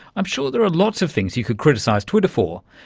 i'm sure there are lots of things you could criticise twitter for,